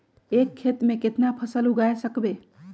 एक खेत मे केतना फसल उगाय सकबै?